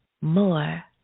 more